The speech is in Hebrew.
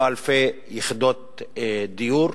אם לא אלפי, יחידות דיור,